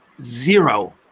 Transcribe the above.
Zero